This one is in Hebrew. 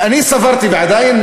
ואני סברתי, ועדיין